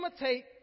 imitate